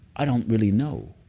i don't really know.